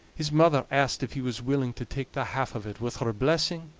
his mother asked if he was willing to take the half of it with her blessing,